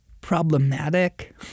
problematic